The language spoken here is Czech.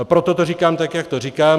Proto to říkám tak, jak tak to říkám.